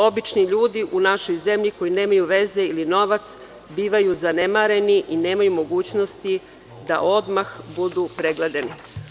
Obični ljudi u našoj zemlji koji nemaju veze ili novac bivaju zanemareni i nemaju mogućnosti da odmah budu pregledani.